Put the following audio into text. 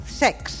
sex